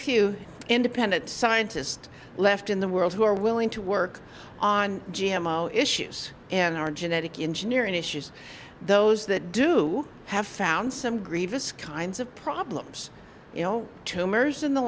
few independent scientist left in the world who are willing to work on g m o issues and our genetic engineering issues those that do have found some grievous kinds of problems you know tumors in the